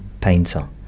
painter